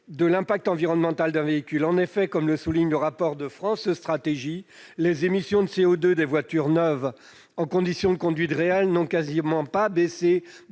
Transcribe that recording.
de l'impact environnemental d'un véhicule : comme le souligne le rapport de France Stratégie, les émissions de CO2 des voitures neuves en conditions de conduite réelles n'ont quasiment pas baissé